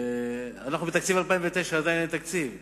אנחנו ב-2009 ועדיין אין תקציב ל-2009.